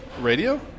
radio